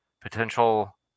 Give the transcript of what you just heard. potential